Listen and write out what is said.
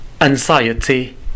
anxiety